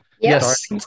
Yes